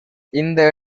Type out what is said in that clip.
இந்த